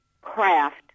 craft